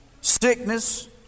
sickness